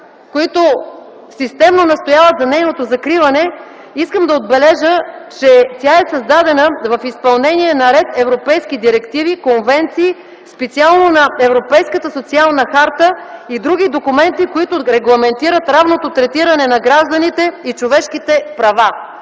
които системно настояват за нейното закриване, искам да отбележа, че тя е създадена в изпълнение на ред европейски директиви, конвенции, специално на Европейската социална харта и други документи, които регламентират равното третиране на гражданите и човешките права.